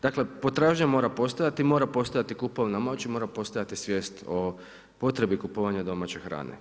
Dakle potražnja mora postojati i mora postojati kupovna moć i mora postojati svijest o potrebi kupovanja domaće hrane.